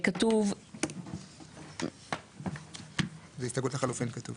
כתוב --- זה הסתייגות לחילופין, כתוב.